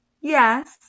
Yes